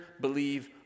believe